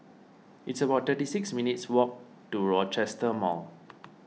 it's about thirty six minutes' walk to Rochester Mall